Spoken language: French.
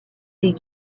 des